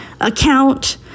account